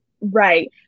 Right